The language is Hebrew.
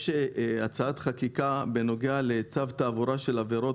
יש הצעת חקיקה בנוגע לצו תעבורה של עבירות